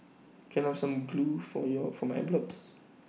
can I have some glue for your for my envelopes